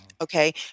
Okay